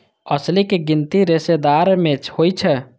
अलसी के गिनती रेशेदार फसल मे होइ छै